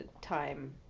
time